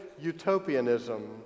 utopianism